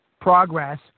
progress